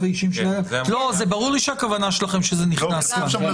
האישיים של אדם" ברור לי שהכוונה שלכם שזה נכנס כאן.